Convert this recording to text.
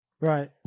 right